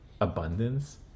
abundance